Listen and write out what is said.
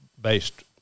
based